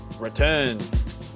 returns